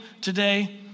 today